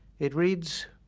it reads,